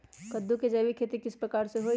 कददु के जैविक खेती किस प्रकार से होई?